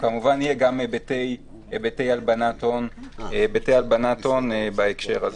כמובן יהיו גם היבטי הלבנת הון בהקשר הזה.